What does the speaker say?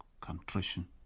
contrition